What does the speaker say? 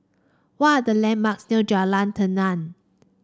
what are the landmarks near Jalan Tenang